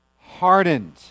Hardened